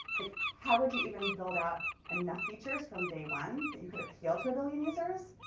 like how would you even build out enough features from day one that you could appeal to a billion users?